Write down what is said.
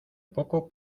poco